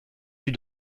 fut